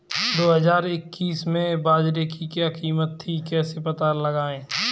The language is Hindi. दो हज़ार इक्कीस में बाजरे की क्या कीमत थी कैसे पता लगाएँ?